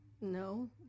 No